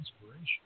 inspiration